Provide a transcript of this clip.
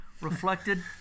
Reflected